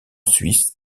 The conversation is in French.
suisse